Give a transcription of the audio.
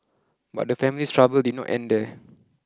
but the family's trouble did not end there